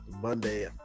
Monday